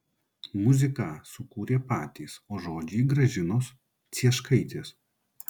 muziką sukūrė patys o žodžiai gražinos cieškaitės